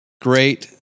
great